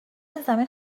زمین